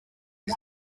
his